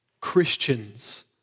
Christians